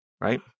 Right